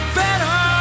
better